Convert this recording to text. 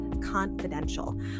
confidential